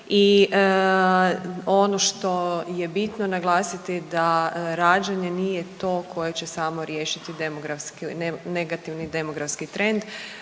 i ono što je bitno naglasiti da rađanje nije to koje će samo riješiti demografski, negativni demografski trend